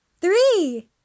Three